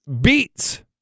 beats